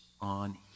on